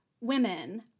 women